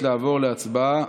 נא להצביע.